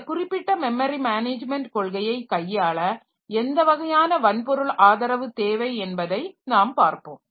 இந்த குறிப்பிட்ட memory management கொள்கையை கையாள எந்த வகையான வன்பொருள் ஆதரவு தேவை என்பதை நாம் பார்ப்போம்